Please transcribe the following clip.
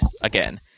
again